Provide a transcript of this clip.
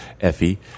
Effie